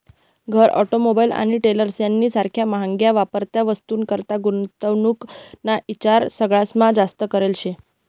घर, ऑटोमोबाईल आणि ट्रेलर्स यानी सारख्या म्हाग्या वापरत्या वस्तूनीकरता गुंतवणूक ना ईचार सगळास्मा जास्त करेल शे